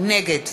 נגד